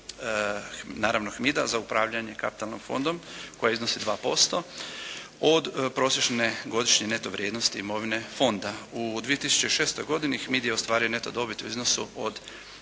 naravno HMID-a za upravljanje kapitalno fondom koje iznosi 2% od prosječne godišnje neto vrijednosti imovine fonda. U 2006. godini HMID je ostvario neto dobit u iznosu od